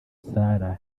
sara